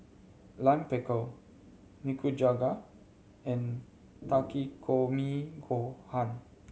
Lime Pickle Nikujaga and Takikomi Gohan